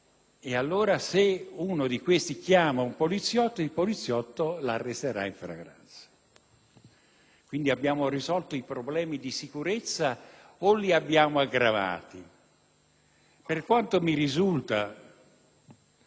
Quindi, abbiamo risolto i problemi di sicurezza o li abbiamo aggravati? Per quanto mi risulta, i rom ci sono dall'anno 1000 dopo Cristo e sono stati sempre nomadi.